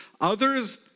others